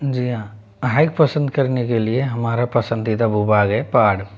जी हाँ हाईक पसंद करने के लिए हमारा पसंदीदा भू भाग है पहाड़